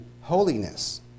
holiness